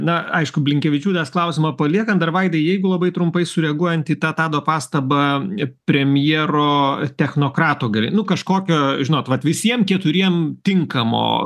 na aišku blinkevičiūtės klausimą paliekant dar vaidai jeigu labai trumpai sureaguojant į tą tado pastabą premjero technokrato gerai nu kažkokio žinot vat visiem keturiem tinkamo